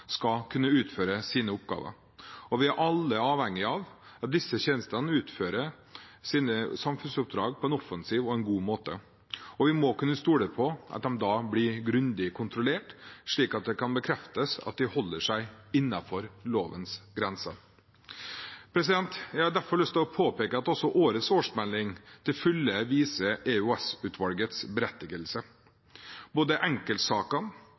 skal kunne utføre sine oppgaver, og vi er alle avhengig av at disse tjenestene utfører sine samfunnsoppdrag på en offensiv og god måte. Vi må kunne stole på at de da blir grundig kontrollert, slik at det kan bekreftes at de holder seg innenfor lovens grenser. Jeg har derfor lyst til å påpeke at også årets årsmelding til fulle viser EOS-utvalgets berettigelse. Både enkeltsakene